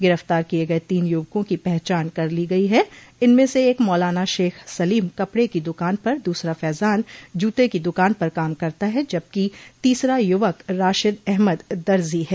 गिरफ्तार किये गये तीन युवकों की पहचान कर ली गयी है इनमें से एक मौलाना शेख सलीम कपड़े की दुकान पर दूसरा फैजान जूते की दुकान पर काम करता है जबकि तीसरा युवक राशिद अहमद दर्जी है